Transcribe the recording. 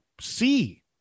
see